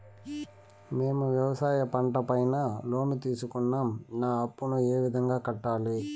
మేము వ్యవసాయ పంట పైన లోను తీసుకున్నాం నా అప్పును ఏ విధంగా కట్టాలి